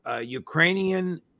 Ukrainian